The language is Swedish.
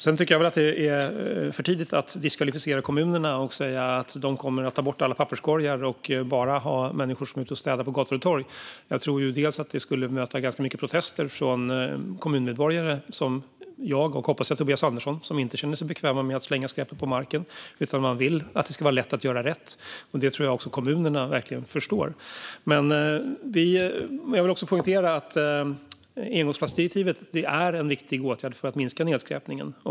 Sedan tycker jag att det är för tidigt att diskvalificera kommunerna och säga att de kommer att ta bort alla papperskorgar och bara ha människor som är ute och städar på gator och torg. Jag tror att det skulle möta ganska mycket protester från kommunmedborgare som jag och, hoppas jag, Tobias Andersson som inte känner sig bekväma med att slänga skräpet på marken utan vill att det ska vara lätt att göra rätt. Det tror jag också att kommunerna verkligen förstår. Jag vill också poängtera att engångsplastdirektivet är en viktig åtgärd för att minska nedskräpningen.